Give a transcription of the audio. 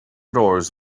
doors